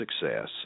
success